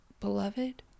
beloved